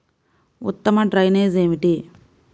ఉత్తమ డ్రైనేజ్ ఏమిటి?